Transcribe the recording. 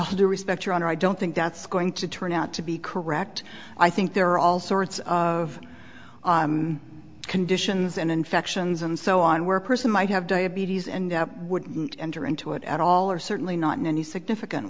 do respect your honor i don't think that's going to turn out to be correct i think there are all sorts of conditions and infections and so on where person might have diabetes and wouldn't enter into it at all or certainly not in any significant